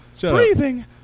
breathing